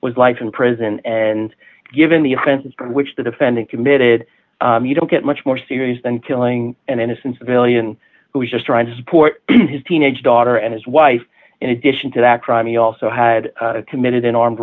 was life in prison and given the offenses which the defendant committed you don't get much more serious than killing an innocent civilian who's just trying to support his teenage daughter and his wife in addition to that crime you also had committed an armed